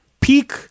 peak